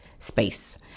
space